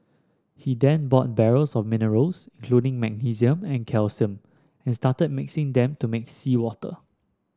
he then bought barrels of minerals including magnesium and calcium and started mixing them to make seawater